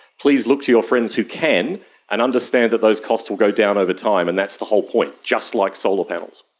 please look to your friends who can and understand that those costs will go down over time, and that's the whole point. just like solar panels.